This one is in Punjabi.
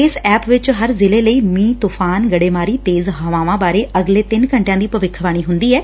ਇਸ ਐਪ ਵਿਚ ਹਰ ਜ਼ਿਲੇ ਲਈ ਮੀਂਹ ਤੁਫ਼ਾਨ ਗਡੇਮਾਰੀ ਤੇਜ਼ ਹਵਾਵਾਂ ਬਾਰੇ ਅਗਲੇ ਤਿੰਨ ਘੰਟਿਆਂ ਦੀ ਭਵਿੱਖਬਾਣੀ ਹੁੰਦੀ ਏ